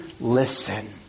listen